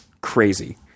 crazy